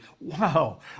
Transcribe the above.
wow